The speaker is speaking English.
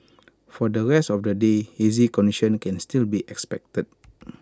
for the rest of the day hazy conditions can still be expected